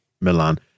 Milan